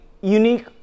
unique